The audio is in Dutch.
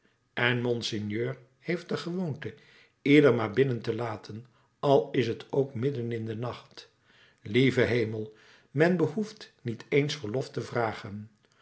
en monseigneur heeft de gewoonte ieder maar binnen te laten al is t ook midden in den nacht lieve hemel men behoeft niet eens verlof te vragen